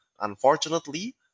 unfortunately